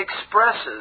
expresses